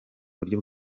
buryo